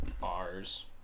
Bars